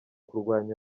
kurwanya